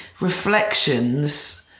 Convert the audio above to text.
reflections